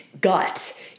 Gut